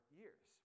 years